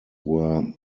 were